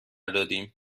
دادیم